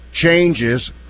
changes